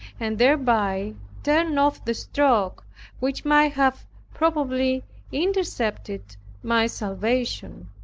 and thereby turned off the stroke which might have probably intercepted my salvation.